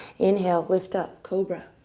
inhale. lift up. cobra.